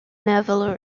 navel